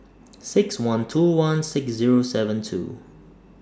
six one two one six Zero seven two